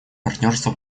партнерство